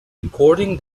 recording